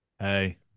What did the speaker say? Hey